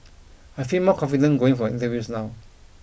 I feel more confident going for interviews now